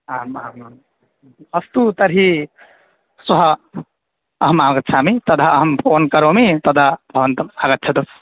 आम् आमाम् अस्तु तर्हि श्वः अहम् आगच्छामि तधा अहं फ़ोन् करोमि तदा भवान् आगच्छतु